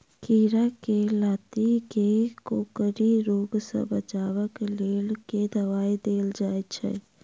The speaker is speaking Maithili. खीरा केँ लाती केँ कोकरी रोग सऽ बचाब केँ लेल केँ दवाई देल जाय छैय?